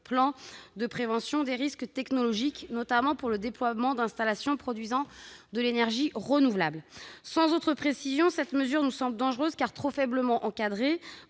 plans de prévention des risques technologiques, notamment pour le déploiement d'installations produisant de l'énergie renouvelable. Sans autre précision, cette mesure nous semble dangereuse, car trop faiblement encadrée.